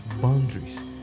boundaries